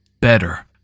better